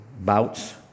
bouts